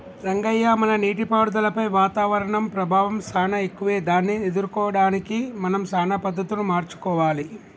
రంగయ్య మన నీటిపారుదలపై వాతావరణం ప్రభావం సానా ఎక్కువే దాన్ని ఎదుర్కోవడానికి మనం సానా పద్ధతులు మార్చుకోవాలి